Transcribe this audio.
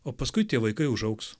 o paskui tie vaikai užaugs